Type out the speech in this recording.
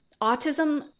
autism